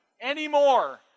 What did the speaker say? anymore